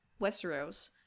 Westeros